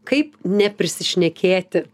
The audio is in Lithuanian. kaip neprisišnekėti